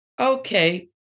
okay